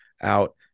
out